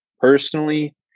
personally